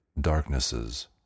darknesses